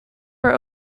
were